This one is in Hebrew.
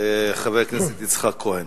חבר הכנסת יצחק כהן.